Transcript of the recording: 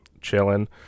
chilling